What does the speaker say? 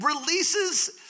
releases